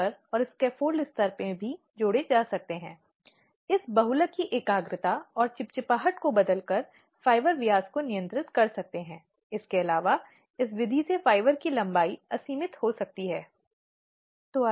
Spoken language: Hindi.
और यहां तक कि पुस्तिका जो इस बिंदु पर कानून को आगे बढ़ाती है यह बहुत स्पष्ट करती है कि यह दोनों पक्षों को कभी भी आमने सामने नहीं करना चाहिए